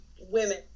women